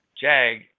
jag